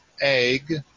egg